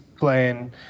playing